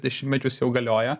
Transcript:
dešimtmečius jau galiojo